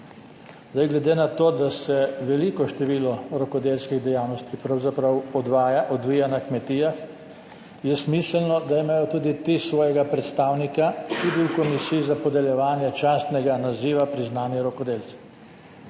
Glede na to, da se veliko število rokodelskih dejavnosti pravzaprav odvija na kmetijah, je smiselno, da imajo tudi ti svojega predstavnika tudi v komisiji za podeljevanje častnega naziva priznanji rokodelci.